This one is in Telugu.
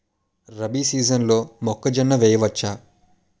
రబీ సీజన్లో మొక్కజొన్న వెయ్యచ్చా?